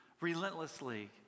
Relentlessly